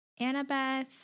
Annabeth